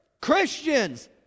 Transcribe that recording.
Christians